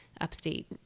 upstate